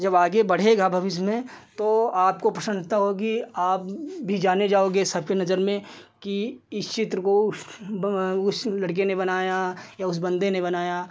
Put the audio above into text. जब आगे बढ़ेगा भविष्य में तो आपको प्रसन्नता होगी आप भी जाने जाओगे सबकी नज़र में कि इस चित्र को उस लड़के ने बनाया या उस बन्दे ने बनाया